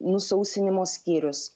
nusausinimo skyrius